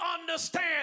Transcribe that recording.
understand